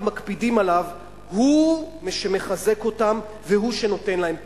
מקפידים עליו הוא שמחזק אותם והוא שנותן להם כוח.